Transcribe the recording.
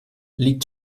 liegt